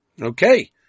Okay